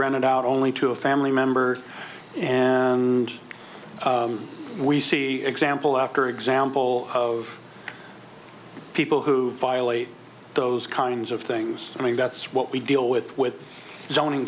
rented out only to a family member and we see example after example of people who violate those kinds of things i mean that's what we deal with with zoning